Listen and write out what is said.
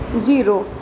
zero